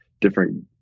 different